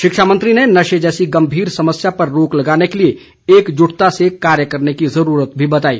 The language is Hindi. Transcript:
शिक्षा मंत्री ने नशे जैसी गंभीर समस्या पर रोक लगाने के लिए एकजुटता से कार्य करने की जुरूरत भी बताई